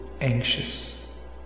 anxious